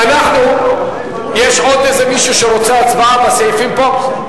יש עוד מישהו שרוצה הצבעה בסעיפים האלה?